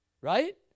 right